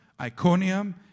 Iconium